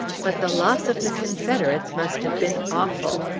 but the loss of the confederates must have been awful.